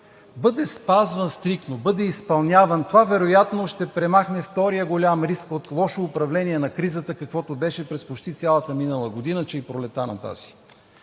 бъде спазван стриктно и бъде изпълняван, това вероятно ще премахне вторият голям риск от лошо управление на кризата, каквото беше през почти цялата минала година, че и пролетта на тази.